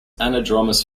anadromous